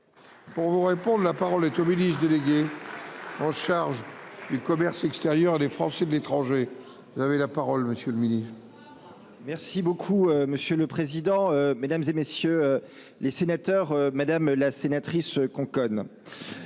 Pour vous répondre. La parole est ministre délégué. En charge. Commerce extérieur. Les Français de l'étranger. Vous avez la parole. Monsieur le Ministre. Merci beaucoup monsieur le président, Mesdames, et messieurs les sénateurs, madame la sénatrice Conconne.